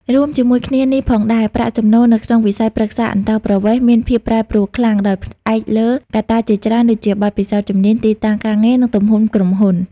រួមជាមួយគ្នានេះផងដែរ ប្រាក់ចំណូលនៅក្នុងវិស័យប្រឹក្សាអន្តោប្រវេសន៍មានភាពប្រែប្រួលខ្លាំង ដោយផ្អែកលើកត្តាជាច្រើនដូចជា បទពិសោធន៍ ជំនាញ ទីតាំងការងារ និងទំហំក្រុមហ៊ុន។